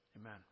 Amen